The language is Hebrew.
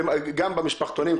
גם למשפחתונים.